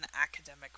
academic